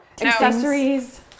accessories